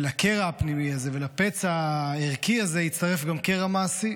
ולקרע הפנימי הזה ולפצע הערכי הזה הצטרף גם קרע מעשי,